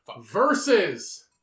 versus